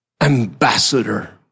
ambassador